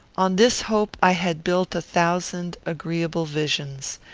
on this hope i had built a thousand agreeable visions.